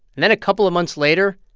and then, a couple of months later,